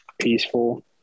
peaceful